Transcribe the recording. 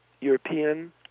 European